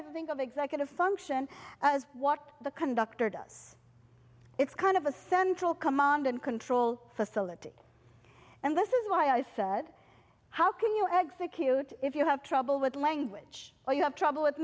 better think of executive function as what the conductor does it's kind of a central command and control facility and this is why i said how can you exit cute if you have trouble with language or you have trouble with